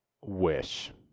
wish